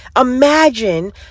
imagine